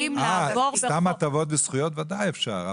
סתם הטבות וזכויות ודאי אפשר,